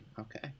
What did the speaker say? Okay